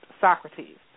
Socrates